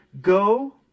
go